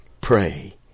pray